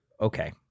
Okay